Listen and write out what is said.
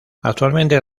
actualmente